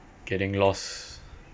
getting lost